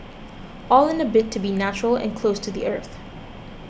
all in a bid to be natural and close to the earth